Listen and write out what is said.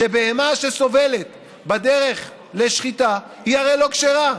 שבהמה שסובלת בדרך לשחיטה היא הרי לא כשרה,